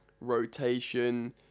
rotation